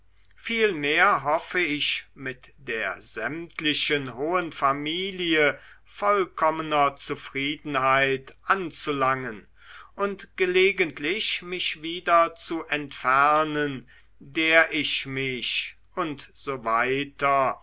vielmehr hoffe ich mit der sämtlichen hohen familie vollkommener zufriedenheit anzulangen und gelegentlich mich wieder zu entfernen der ich mich und so weiter